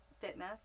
Fitness